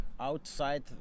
Outside